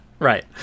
right